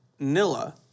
Nilla